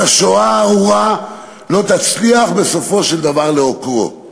השואה הארורה לא תצליח בסופו של דבר לעוקרו.